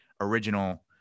original